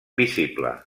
visible